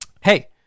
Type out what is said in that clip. Hey